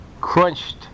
crunched